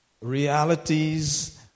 realities